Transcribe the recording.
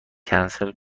کنسل